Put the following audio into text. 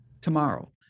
tomorrow